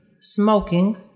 smoking